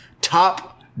top